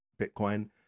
Bitcoin